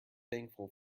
thankful